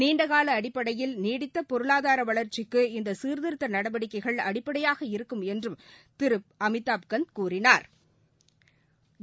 நீண்டகால அடிப்படையில் நீடித்த பொருளாதார வளா்ச்சிக்கு இந்த சீாதிருத்த நடவடிக்கைகள் அடிப்படையாக இருக்கும் என்றும் திரு அமிதாப்கண்ட் கூறினாா்